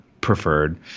preferred